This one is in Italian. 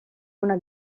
una